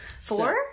Four